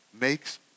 makes